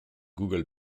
google